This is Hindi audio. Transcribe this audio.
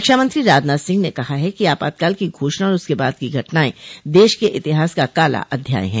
रक्षामंत्री राजनाथ सिंह ने कहा है कि आपातकाल की घोषणा और उसके बाद की घटनाएं देश के इतिहास का काला अध्याय है